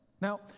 Now